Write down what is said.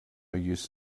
use